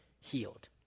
healed